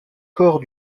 corps